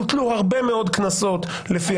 הוטלו הרבה מאוד קנסות לפי החוק.